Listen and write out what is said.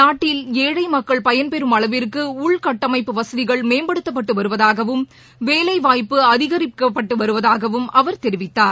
நாட்டில் ஏழை மக்கள் பயன்பெறும் அளவிற்கு உள்கட்டமைப்பு வசதிகள் மேம்படுத்தப்பட்டு வருவதாகவும் வேலைவாய்ப்பு அதிகரிக்கப்பட்டு வருவதாகவும் அவர் தெரிவித்தார்